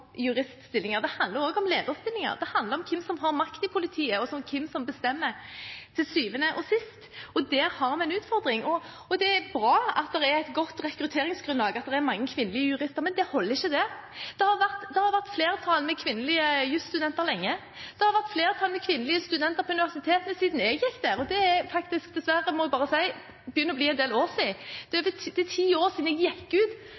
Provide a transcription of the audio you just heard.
det handler også om lederstillinger, det handler om hvem som har makt i politiet, og hvem som bestemmer til syvende og sist, og der har vi en utfordring. Det er bra at det er et godt rekrutteringsgrunnlag, at det er mange kvinnelige jurister, men det holder ikke. Kvinnelige jusstudenter har vært i flertall lenge, kvinnelige studenter har vært i flertall på universitetene siden jeg gikk der, og det begynner – dessverre, må jeg bare si – å bli en del år siden. Det er ti år siden jeg gikk ut